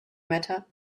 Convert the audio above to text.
matter